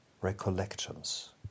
recollections